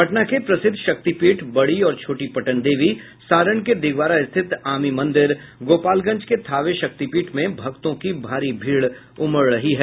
पटना के प्रसिद्ध शक्तिपीठ बड़ी और छोटी पटनदेवी सारण के दिघवारा स्थित आमि मंदिर गोपालगंज के थावे शक्तिपीठ में भक्तों की भारी भीड़ उमड़ रही है